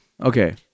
okay